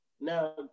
Now